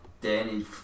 Danny